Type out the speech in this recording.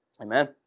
Amen